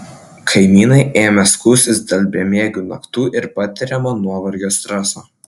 kaimynai ėmė skųstis dėl bemiegių naktų ir patiriamo nuovargio streso